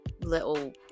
little